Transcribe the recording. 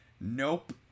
nope